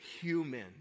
human